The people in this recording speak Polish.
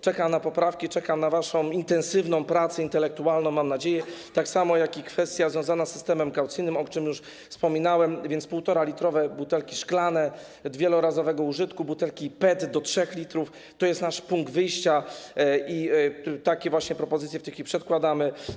Czeka na poprawki, czeka na waszą intensywną pracę intelektualną, mam nadzieję, tak samo jak kwestia związana z systemem kaucyjnym, o czym już wspominałem, więc półtoralitrowe butelki szklane wielorazowego użytku, butelki PET do 3 l to jest nasz punkt wyjścia i takie propozycje przedkładamy.